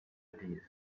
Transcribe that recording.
dydd